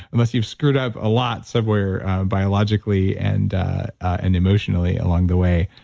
unless you've screwed up a lot somewhere biologically and and emotionally along the way,